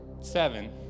Seven